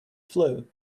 flu